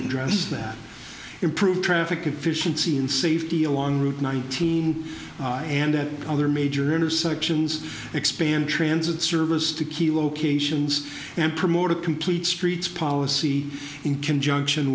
address that improve traffic efficiency and safety along route nineteen and at other major intersections expand transit service to keep locations and promote a complete streets policy in conjunction